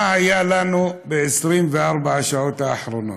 מה היה לנו ב-24 השעות האחרונות?